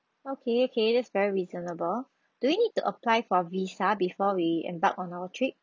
okay okay that's very reasonable do we need to apply for visa before we embark on our trip